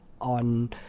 on